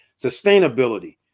Sustainability